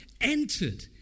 Entered